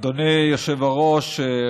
אדוני היושב-ראש,